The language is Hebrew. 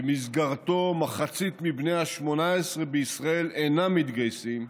שבו מחצית מבני ה-18 בישראל אינם מתגייסים,